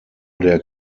der